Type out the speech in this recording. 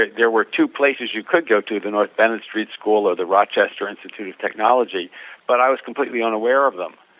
there were two places you could go to, the north bennet street school or the rochester institute of technology but i was completely unaware of them.